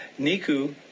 Niku